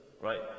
Right